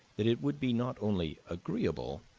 that it would be not only agreeable,